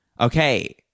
Okay